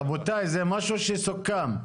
רבותיי, זה משהו שסוכם.